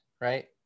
Right